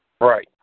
Right